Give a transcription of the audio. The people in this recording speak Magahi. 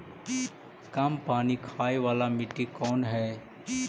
कम पानी खाय वाला मिट्टी कौन हइ?